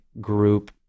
group